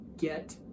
get